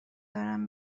دارم